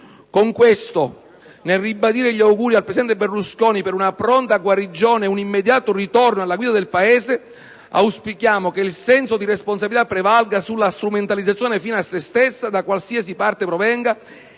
Con questo, nel ribadire gli auguri al presidente Berlusconi per una pronta guarigione e un immediato ritorno alla guida del Paese, auspichiamo che il senso di responsabilità prevalga sulla strumentalizzazione fine a se stessa, da qualsiasi parte essa provenga,